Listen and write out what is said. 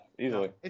easily